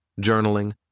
journaling